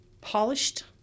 polished